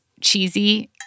cheesy